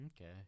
Okay